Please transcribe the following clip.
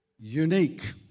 unique